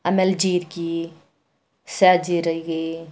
ಆಮೇಲೆ ಜೀರಿಗೆ ಸಾಜ್ ಜೀರಿಗೆ